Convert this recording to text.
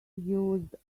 used